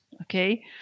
okay